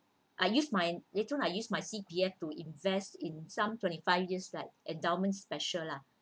I used my later on I used my C_P_F to invest in some twenty five years like endowments special lah